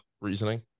reasoning